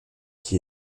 qui